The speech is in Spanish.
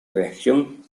reacción